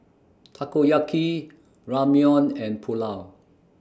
Takoyaki Ramyeon and Pulao